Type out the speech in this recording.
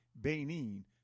Benin